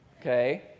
okay